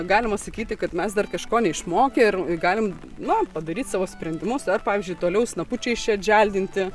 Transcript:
galima sakyti kad mes dar kažko neišmokę ir galim na padaryt savo sprendimus ar pavyzdžiui toliau snapučiais čia atželdinti